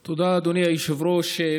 תודה, אדוני היושב-ראש.